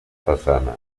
façana